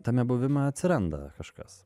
tame buvime atsiranda kažkas